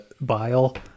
bile